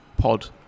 pod